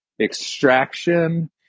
extraction